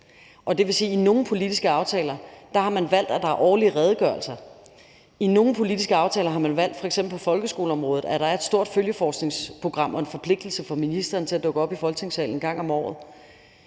i nogle politiske aftaler har valgt, at der er årlige redegørelser. I nogle politiske aftaler, f.eks. på folkeskoleområdet, har man valgt, at der er et stort følgeforskningsprogram og en forpligtelse for ministeren til at dukke op i Folketingssalen en gang om året.